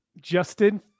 Justin